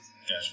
Gotcha